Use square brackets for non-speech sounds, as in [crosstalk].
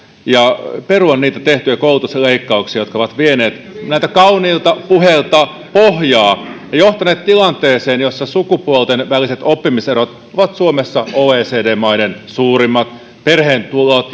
ja perua niitä tehtyjä koulutusleikkauksia jotka ovat vieneet näiltä kauniilta puheilta pohjaa ja johtaneet tilanteeseen jossa sukupuolten väliset oppimiserot ovat suomessa oecd maiden suurimmat perheen tulot [unintelligible]